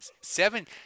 Seven